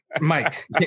Mike